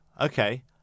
Okay